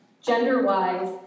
Gender-wise